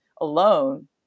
alone